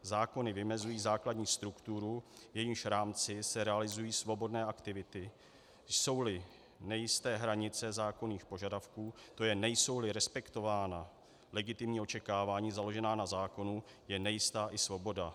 Zákony vymezují základní strukturu, v jejímž rámci se realizují svobodné aktivity, jsouli nejisté hranice zákonných požadavků, tj. nejsouli respektována legitimní očekávání založená na zákonu, je nejistá i svoboda.